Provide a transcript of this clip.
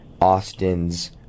Austin's